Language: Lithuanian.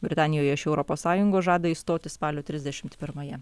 britanijoje iš europos sąjungos žada išstoti spalio trisdešimt pirmąją